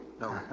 No